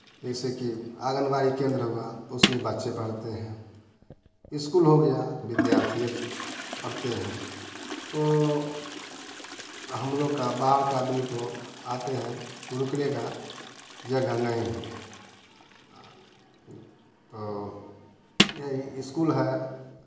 जैसे कि आंगनवाड़ी केंद्र हुआ तो उसमें बच्चे पढ़ते हैं इस्कूल हो गया विद्यार्थी पढ़ते हैं तो हम लोग का बाहर का आदमी को आते हैं रुकने का जगह नहीं है तो येही इस्कूल है